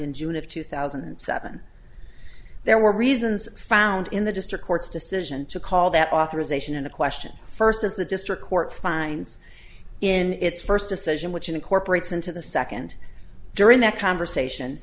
in june of two thousand and seven there were reasons found in the district court's decision to call that authorization into question first as the district court finds in its first decision which incorporates into the second during that conversation